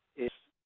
is